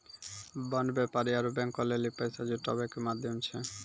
bond व्यापारी आरु बैंको लेली पैसा जुटाबै के माध्यम छै